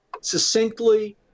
succinctly